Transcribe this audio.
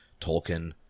Tolkien